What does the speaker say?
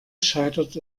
scheitert